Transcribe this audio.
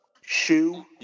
Shoe